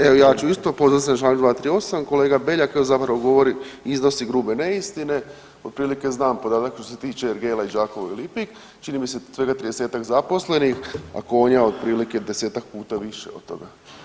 Evo i ja ću isto, pozivam se na Članak 238., kolega Beljak on zapravo govori, iznosi grube neistine, otprilike znam podatak što se tiče ergela iz Đakova i Lipik, čini mi se tu ima 30-ak zaposlenih, a konja otprilike 10-ak puta više od toga.